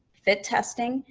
fit testing,